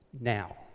now